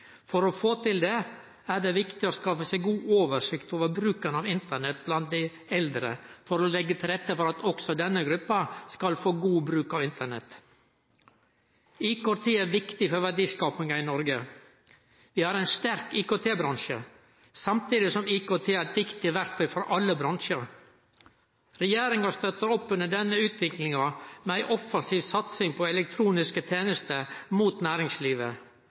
For å få til det er det viktig å skaffe seg god oversikt over bruken av Internett blant dei eldre – for å leggje til rette for at også denne gruppa skal få god bruk av Internett. IKT er viktig for verdiskapinga i Noreg. Vi har ein sterk IKT-bransje, samtidig som IKT er eit viktig verktøy for alle bransjar. Regjeringa støttar opp under denne utviklinga med ei offensiv satsing på elektroniske tenester retta mot næringslivet.